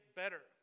better